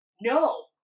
No